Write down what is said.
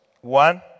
one